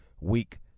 Week